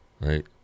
Right